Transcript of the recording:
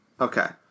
Okay